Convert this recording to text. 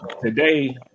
today